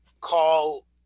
call